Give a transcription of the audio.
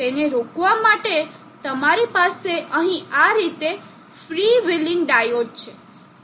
તેને રોકવા માટે તમારી પાસે અહીં આ રીતે ફ્રી વ્હિલિંગ ડાયોડ છે